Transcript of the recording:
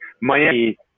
Miami